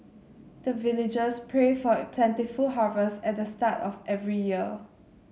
the villagers pray for plentiful harvest at the start of every year